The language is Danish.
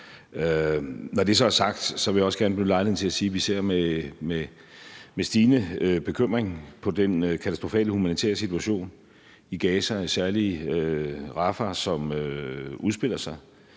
Når det så er sagt, vil jeg også gerne benytte lejligheden til at sige, at vi ser med stigende bekymring på den katastrofale humanitære situation i Gaza, særlig Rafah, som udspiller sig.